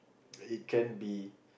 he can be